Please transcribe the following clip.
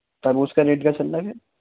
تربوز کا ریٹ کیا چل رہا ہے پھر